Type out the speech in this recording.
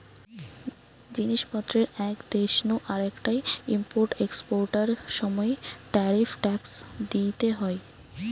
জিনিস পত্রের এক দেশ নু আরেকটায় ইম্পোর্ট এক্সপোর্টার সময় ট্যারিফ ট্যাক্স দিইতে হয়